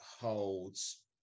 holds